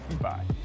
Bye